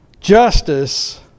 justice